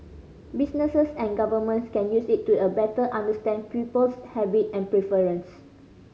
businesses and governments can use it to a better understand people's habit and preference